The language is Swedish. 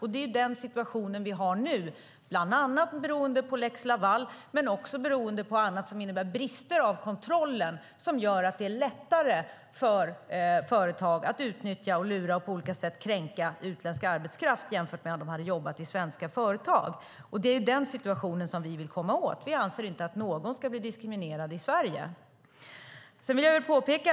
Men det är den situationen vi har nu, beroende bland annat på lex Laval men också på brister i kontrollen som gör att det är lättare för företag att utnyttja, lura och på olika sätt kränka utländsk arbetskraft jämfört med om de hade jobbat i svenska företag. Det är den situationen som vi vill komma till rätta med. Vi anser inte att någon ska bli diskriminerad i Sverige.